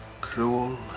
cruel